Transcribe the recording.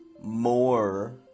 more